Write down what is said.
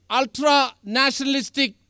ultra-nationalistic